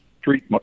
street